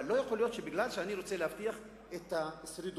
אבל לא יכול להיות שמפני שאני רוצה להבטיח את השרידות,